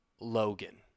Logan